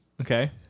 Okay